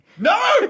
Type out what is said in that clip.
no